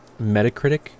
Metacritic